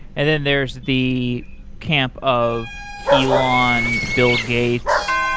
and then there's the camp of elon, bill gates,